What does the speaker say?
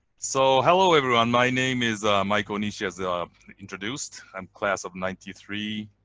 so hello everyone. my name is mike onishi as ah um introduced. um class of ninety three.